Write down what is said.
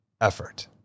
effort